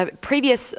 previous